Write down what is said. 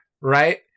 Right